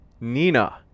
Nina